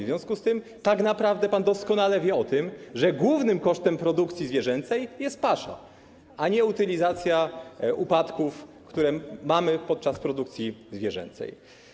W związku z tym tak naprawdę pan doskonale wie o tym, że głównym kosztem produkcji zwierzęcej jest pasza, a nie utylizacja odpadków, które mamy podczas produkcji zwierzęcej.